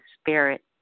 spirit